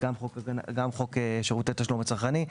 חוק שירותי תשלום הצרכני,